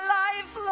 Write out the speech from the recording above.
life